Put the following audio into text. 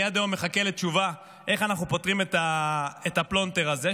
אני עד היום מחכה לתשובה איך אנחנו פותרים את הפלונטר הזה,